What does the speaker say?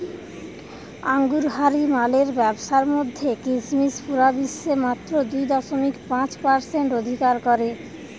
আঙুরহারি মালের ব্যাবসার মধ্যে কিসমিস পুরা বিশ্বে মাত্র দুই দশমিক পাঁচ পারসেন্ট অধিকার করে